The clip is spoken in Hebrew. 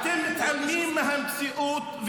האם אתם מתעלמים מהמציאות,